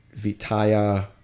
Vitaya